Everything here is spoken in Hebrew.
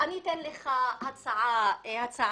אני אציע לך הצעה קונקרטית.